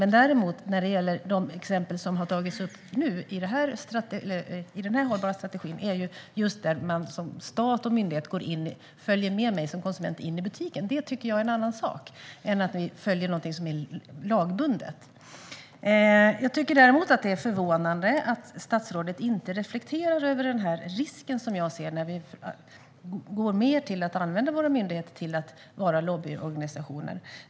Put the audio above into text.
När det däremot gäller de exempel som har tagits upp nu, i denna hållbarhetsstrategi, handlar det om att man som stat och myndighet följer med konsumenten in i butiken. Det tycker jag är en annan sak än att man följer någonting som är lagbundet. Däremot tycker jag att det är förvånande att statsrådet inte reflekterar över den risk som jag ser när vi börjar använda våra myndigheter som lobbyorganisationer.